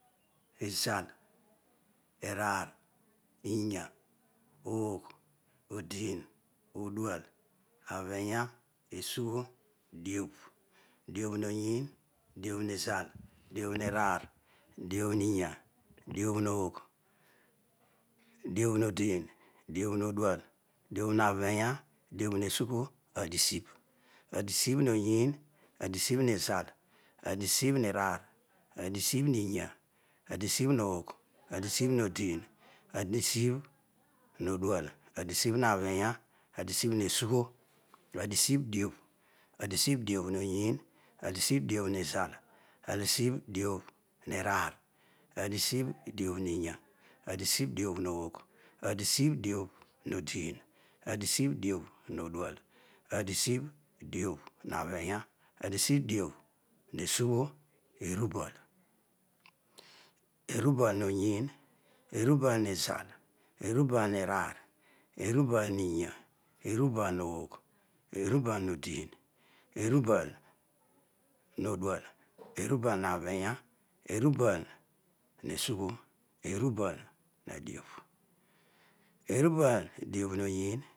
Izal. iraan. iya. agh. odin. odual. abhuga eaugho. diay. diagh noyi. diabh mzal. diabh ngaar duabh niya. diabh agh. diabh nodu diabhhodul. diabhnabhian diabhuesugho. adisibh adisibh nyi. adisibh uzad adisibhu. raar. adisibhinya. asiaibh agh. adisibh modin adisibh rodual adibuabhiya adisibh nesugho. adisiba diabh. adisibh diabh moyw adisibhdiabh mzal. adinbh diabh raar. adisibh diabh miya. adisibh diabh magh adisibh diabh modin. adisibhdiabh odual. anisibh dianesugho. erubal. erubal noyiin. erubal nizal erubal nraar erubal niya erubal agh. erubal nodin erubal nodiual. erubalua biya. erubal resugho erubal nadiabh erubal diabh noyiin